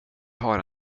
har